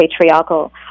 patriarchal